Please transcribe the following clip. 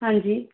ਹਾਂਜੀ